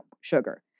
sugar